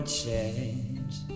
change